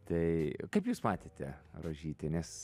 tai kaip jūs matėte rožytę nes